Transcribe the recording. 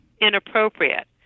inappropriate